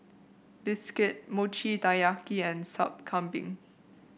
bistake Mochi Taiyaki and Sup Kambing